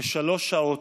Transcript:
כשלוש שעות.